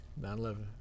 911